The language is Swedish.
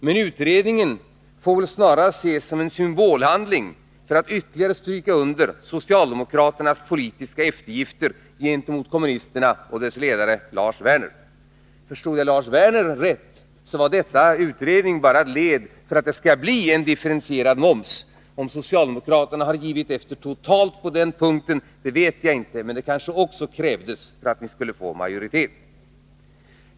Men överenskommelsen om utredning får snarast ses som en symbolhandling för att ytterligare stryka under socialdemokraternas politiska eftergifter gentemot kommunisterna och deras ledare Lars Werner. Förstod jag Lars Werner rätt är utredningen bara ett led i arbetet att införa en differentierad moms. Jag vet inte om socialdemokraterna har gett efter totalt på den punkten — men det kanske också krävdes för att ni skulle få majoritet.